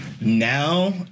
Now